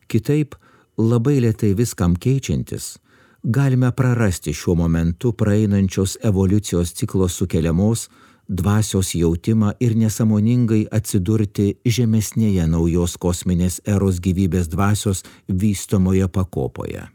kitaip labai lėtai viskam keičiantis galime prarasti šiuo momentu praeinančios evoliucijos ciklo sukeliamos dvasios jautimą ir nesąmoningai atsidurti žemesnėje naujos kosminės eros gyvybės dvasios vystomoje pakopoje